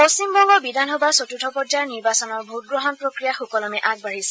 পশ্চিমবংগ বিধানসভাৰ চতুৰ্থ পৰ্যায়ৰ নিৰ্বাচনৰ ভোটগ্ৰহণ প্ৰক্ৰিয়া সুকলমে আগবাঢ়িছে